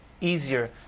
easier